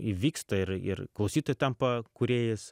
įvyksta ir ir klausytojai tampa kūrėjais